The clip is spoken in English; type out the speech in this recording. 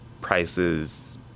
prices